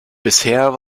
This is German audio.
bisher